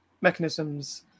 mechanisms